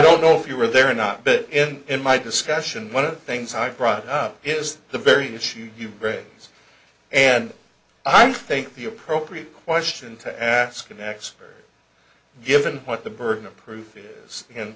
don't know if you were there or not but in my discussion one of things i brought up is the very issue you very and i think the appropriate question to ask an expert given what the burden of proof is in